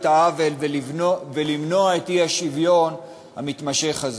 העוול ולמנוע את האי-שוויון המתמשך הזה.